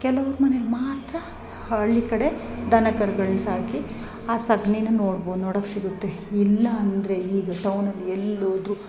ಕೆಲವ್ರ ಮನೇಲಿ ಮಾತ್ರ ಹಳ್ಳಿ ಕಡೆ ದನ ಕರುಗಳ್ನ ಸಾಕಿ ಆ ಸಗ್ಣೀನ ನೋಡ್ಬೋ ನೋಡೋಕ್ ಸಿಗುತ್ತೆ ಇಲ್ಲ ಅಂದರೆ ಈಗ ಟೌನ್ ಅಲ್ಲಿ ಎಲ್ಲೋದರು